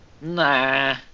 Nah